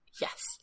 Yes